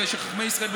הרי שחכמי ישראל,